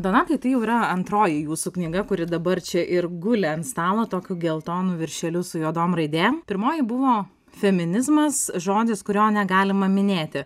donatai tai jau yra antroji jūsų knyga kuri dabar čia ir guli ant stalo tokiu geltonu viršeliu su juodom raidėm pirmoji buvo feminizmas žodis kurio negalima minėti